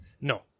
No